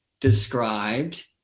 described